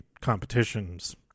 competitions